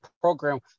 program